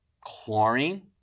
Chlorine